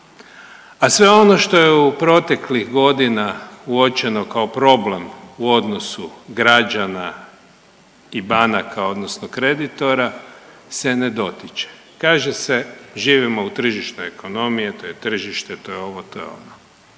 a sve ono što je u proteklih godina uočeno kao problem u odnosu građana i banaka odnosno kreditora se ne dotiče. Kaže se živimo u tržišnoj ekonomiji, a to je tržište to je ovo, to je ono